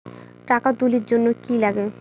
টাকা তুলির জন্যে কি লাগে?